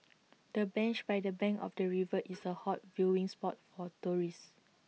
the bench by the bank of the river is A hot viewing spot for tourists